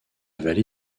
vallée